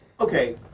Okay